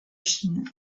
chine